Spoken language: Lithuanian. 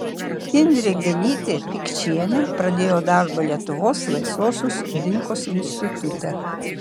indrė genytė pikčienė pradėjo darbą lietuvos laisvosios rinkos institute